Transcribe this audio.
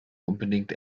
unbedingt